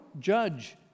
judge